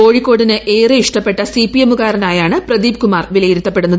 കോഴിക്കോടിന് ഏറെ ഇഷ്ടപ്പെട്ട സിപിഎമ്മുകാരനായാണ്ടു പ്രദീപ് കുമാർ വിലയിരുത്തപ്പെടുന്നത്